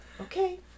okay